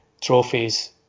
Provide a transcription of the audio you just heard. trophies